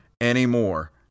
anymore